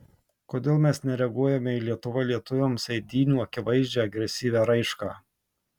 kodėl mes nereaguojame į lietuva lietuviams eitynių akivaizdžią agresyvią raišką